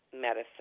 medicine